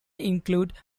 include